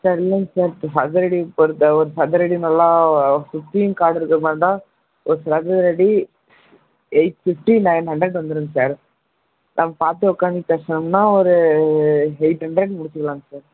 sir இல்லைங்க sir சதுரடி பொறுத்த ஒரு சதுரடி நல்லா சுற்றியும் காடு இருக்கிற மாதிரி தான் ஒரு சதுரடி எயிட் ஃபிஃப்டி நையன் ஹண்ட்ரட் வந்துடுங்க சார் நம்ம பார்த்து உக்கார்ந்து பேசினோம்னா ஒரு எயிட் ஹண்ட்ரட் முடிச்சுக்கலாங்க சார்